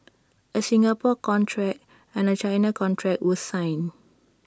A Singapore contract and A China contract were signed